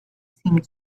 seemed